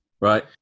Right